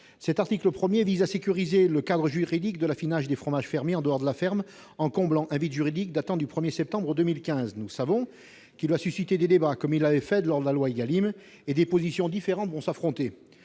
cet article 1 vise à sécuriser le cadre juridique de l'affinage des fromages fermiers en dehors de la ferme, en comblant un vide juridique datant du 1 septembre 2015. Nous savons qu'il va susciter des débats, comme il l'avait fait lors de la loi Égalim, et que des positions différentes vont s'affronter.